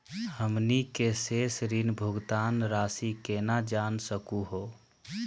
हमनी के शेष ऋण भुगतान रासी केना जान सकू हो?